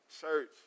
Church